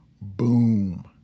Boom